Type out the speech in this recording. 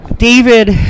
David